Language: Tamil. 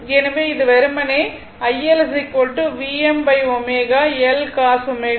எனவே இது வெறுமனே iL Vmω L cos ω t